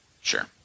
sure